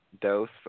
dose